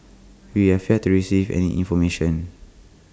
we have yet to receive any information